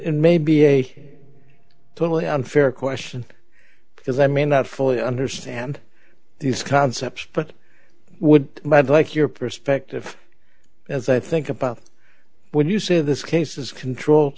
and maybe a totally unfair question because i may not fully understand these concepts but i would rather like your perspective as i think about when you say this case is control